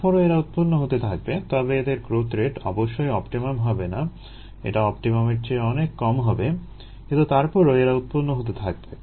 তারপরও এরা উৎপন্ন হতে থাকবে তবে এদের গ্রোথ রেট অবশ্যই অপটিমাম হবে না এটা অপটিমামের চেয়ে অনেক কম হবে কিন্তু তারপরও এরা উৎপন্ন হতে থাকবে